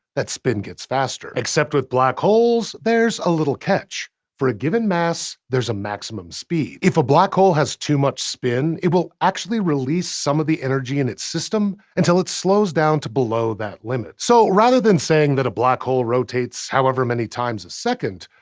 that spin gets faster. except, with black holes, there's a little catch for a given mass, there's a maximum speed. if a black hole has too much spin, it will actually release some of the energy in its system until it slows down to below that limit. so rather than saying that a black hole rotates however many times a second,